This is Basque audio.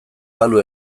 balu